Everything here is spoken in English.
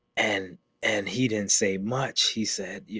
and and he didn't say much. he said, yeah